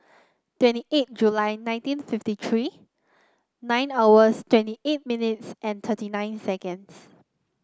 twenty eight July nineteen fifty three nine hours twenty eight minutes and thirty nine seconds